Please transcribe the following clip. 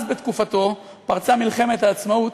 אז, בתקופתו, פרצה מלחמת העצמאות,